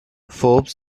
forbes